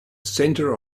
center